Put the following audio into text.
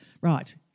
Right